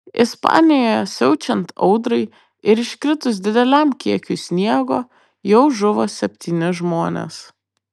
ispanijoje siaučiant audrai ir iškritus dideliam kiekiui sniego jau žuvo septyni žmonės